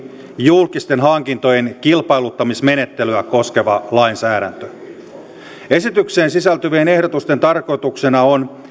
julkisten hankintojen kilpailuttamismenettelyä koskeva lainsäädäntö esitykseen sisältyvien ehdotusten tarkoituksena on